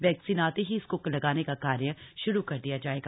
vaccine आते ही इसको लगाने का कार्य श्रू कर दिया जायेगा